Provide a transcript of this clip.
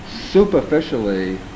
superficially